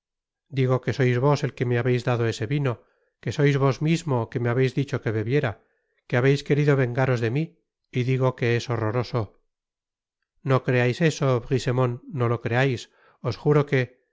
digo que sois vos el que me habeis dado ese vino que sois vos mismo que me habeis dicho que bebiera que habeis querido vengaros de mi y digo que es horroroso no creais eso brisemont no lo creais os juro que